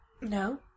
No